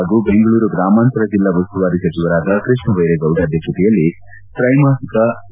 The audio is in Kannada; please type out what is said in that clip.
ಹಾಗೂ ಬೆಂಗಳೂರು ಗ್ರಾಮಾಂತರ ಜಿಲ್ಲಾ ಉಸ್ತುವಾರಿ ಸಚಿವರಾದ ಕೃಷ್ಣಭೈರೇಗೌಡ ಅಧಕ್ಷತೆಯಲ್ಲಿ ತ್ರೈಮಾಸಿಕ ಕೆ